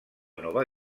nova